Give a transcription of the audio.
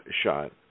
shot